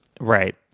Right